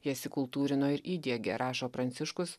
jas įkultūrino ir įdiegė rašo pranciškus